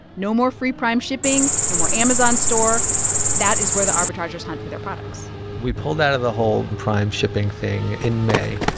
no more free prime shipping, no more amazon store that is where the arbitrageurs hunt for their products we pulled out of the whole and prime shipping thing in may.